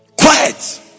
Quiet